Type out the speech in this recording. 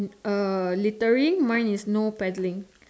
uh littering mine is no paddling